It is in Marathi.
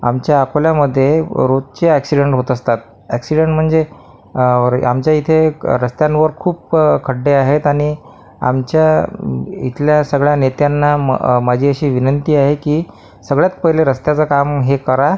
आमच्या अकोल्यामध्ये रोजचे ॲक्सीडेंट होत असतात ॲक्सीडेंट म्हणजे आमच्या इथे रस्त्यांवर खूप खड्डे आहेत आणि आमच्या इथल्या सगळ्या नेत्यांना माझी अशी विनंती आहे की सगळ्यात पहिले रस्त्याचं काम हे करा